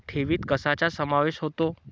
ठेवीत कशाचा समावेश होतो?